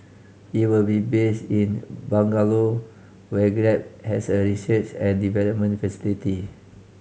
he will be based in Bangalore where Grab has a research and development facility